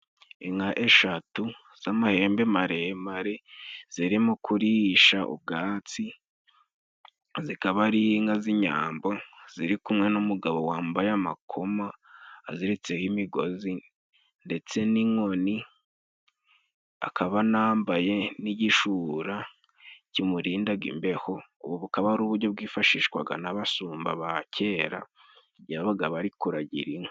Inka eshatu, z'amahembe maremare, zirimo kurisha ubwatsi, zikaba ari inka z'inyambo, ziri kumwe n'umugabo wambaye amakoma, aziritseho imigozi, ndetse n'inkoni, akaba anambaye n'igishura kimurinda imbeho, ubu bukaba ari uburyo bwifashishwaga n'abashumba ba kera babaga bari kuragira inka.